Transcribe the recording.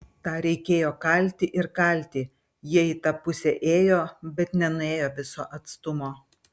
tą reikėjo kalti ir kalti jie į tą pusę ėjo bet nenuėjo viso atstumo